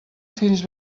fins